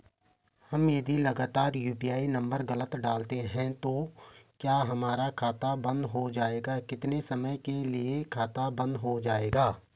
हम यदि लगातार यु.पी.आई नम्बर गलत डालते हैं तो क्या हमारा खाता बन्द हो जाएगा कितने समय के लिए खाता बन्द हो जाएगा?